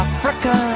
Africa